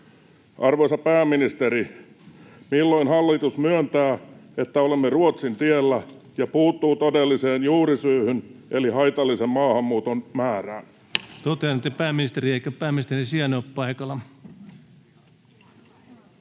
Arvoisa pääministeri, milloin hallitus myöntää, että olemme Ruotsin tiellä, ja puuttuu todelliseen juurisyyhyn eli haitallisen maahanmuuton määrään? Totean, että pääministeri ei, eikä pääministerin sijainen, ole paikalla.